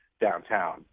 downtown